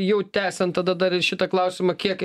jau tęsiant tada dar ir šitą klausimą kiek